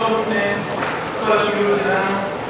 שנת השמיטה.